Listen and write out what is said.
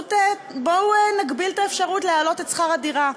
פשוט בואו נגביל את האפשרות להעלות את שכר הדירה.